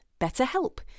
BetterHelp